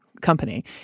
company